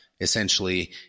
essentially